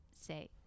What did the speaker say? say